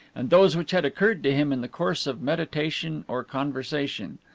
and those which had occurred to him in the course of meditation or conversation.